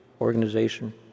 organization